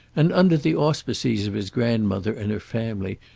and, under the auspices of his grandmother and her family,